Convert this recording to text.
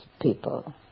people